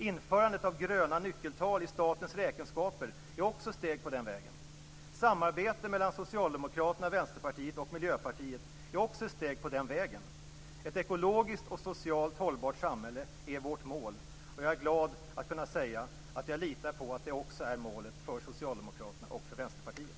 Införandet av gröna nyckeltal i statens räkenskaper är steg på den vägen. Samarbete mellan Socialdemokraterna, Vänsterpartiet och Miljöpartiet är steg på den vägen. Ett ekologiskt och socialt hållbart samhälle är vårt mål. Jag är glad över att kunna säga att jag litar på att det också är målet för Socialdemokraterna och Vänsterpartiet.